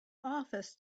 office